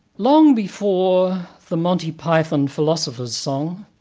long before the monty python philosopher's song,